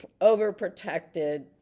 overprotected